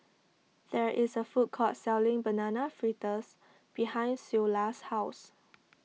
there is a food court selling Banana Fritters behind Ceola's house